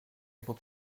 able